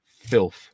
Filth